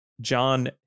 John